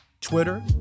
Twitter